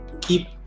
keep